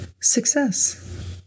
success